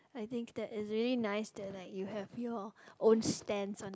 I think that it's really nice that like you have your own stands on